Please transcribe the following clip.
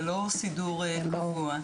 זה לא סידור קבוע,